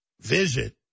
visit